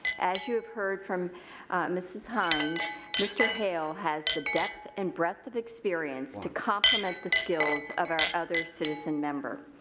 as you have heard from mrs. hines mr. hale has the depth and breadth of experience to complement the skills of our other citizen member.